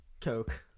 Coke